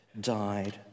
died